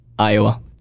Iowa